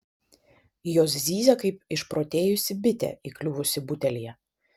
jos zyzia kaip išprotėjusi bitė įkliuvusi butelyje